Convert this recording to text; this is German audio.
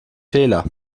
fehler